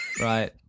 Right